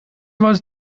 was